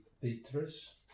Beatrice